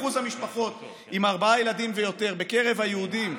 אחוז המשפחות עם ארבעה ילדים ויותר בקרב היהודים,